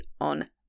on